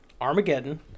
Armageddon